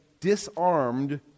disarmed